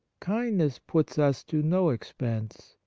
kindness puts us to no expense,